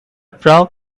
frog